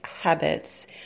habits